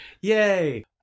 Yay